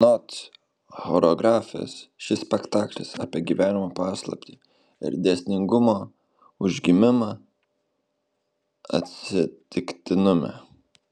anot choreografės šis spektaklis apie gyvenimo paslaptį ir dėsningumo užgimimą atsitiktinume